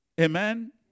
Amen